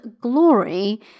glory